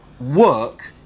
Work